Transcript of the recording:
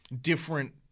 different